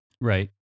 Right